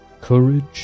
courage